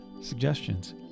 suggestions